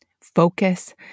focus